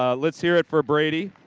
ah let's hear it for brady.